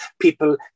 People